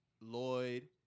Lloyd